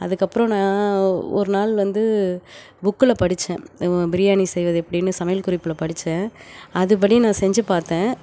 அதுக்கப்புறம் நான் ஒரு நாள் வந்து புக்கில் படித்தேன் பிரியாணி செய்வது எப்படின்னு சமையல் குறிப்பில் படித்தேன் அதுபடி நான் செஞ்சு பார்த்தேன்